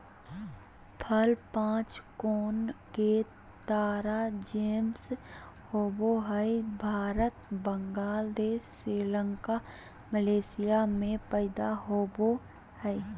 फल पांच कोण के तारा जैसन होवय हई भारत, बांग्लादेश, श्रीलंका, मलेशिया में पैदा होवई हई